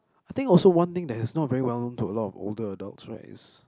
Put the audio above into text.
I think also one thing that is not very well known to a lot of older adults right it's